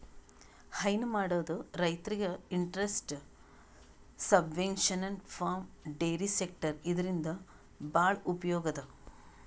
ಹೈನಾ ಮಾಡದ್ ರೈತರಿಗ್ interest subvention for dairy sector ಇದರಿಂದ್ ಭಾಳ್ ಉಪಯೋಗ್ ಅದಾ